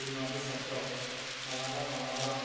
दैमा दैसाफ्राव मालाबा मालाबा